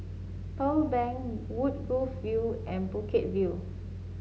Pearl Bank Woodgrove View and Bukit View